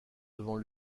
devant